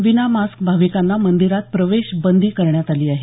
विना मास्क भाविकांना मंदिरात प्रवेश बंदी करण्यात आली आहे